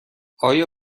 آیا